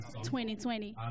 2020